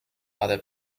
other